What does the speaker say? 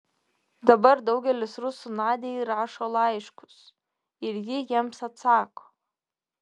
dabar daugelis rusų nadiai rašo laiškus ir ji jiems atsako